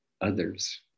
others